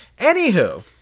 Anywho